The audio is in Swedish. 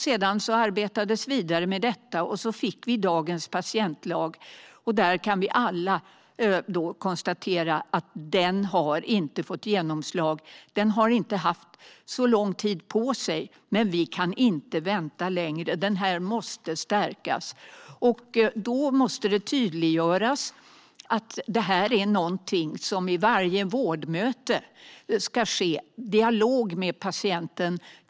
Det arbetades vidare med detta, och så fick vi dagens patientlag. Vi kan alla konstatera att den inte har fått genomslag. Den har inte haft så lång tid på sig, men vi kan inte vänta längre. Den måste stärkas. Då måste det tydliggöras att det i varje vårdmöte ska ske en dialog med patienten.